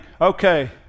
okay